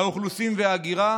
האוכלוסין וההגירה,